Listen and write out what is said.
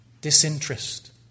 disinterest